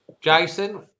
Jason